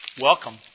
welcome